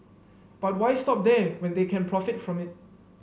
but why stop there when they can profit from it